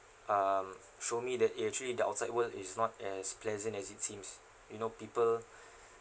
um show me that it actually the outside world is not as pleasant as it seems you know people